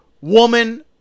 woman